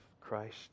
Christ